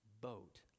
boat